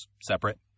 separate